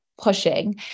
pushing